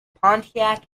pontiac